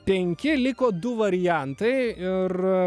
penki liko du variantai ir